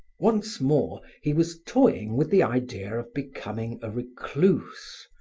once more he was toying with the idea of becoming a recluse,